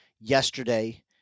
yesterday